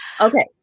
Okay